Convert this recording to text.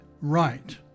right